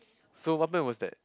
so what time was that